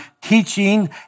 teaching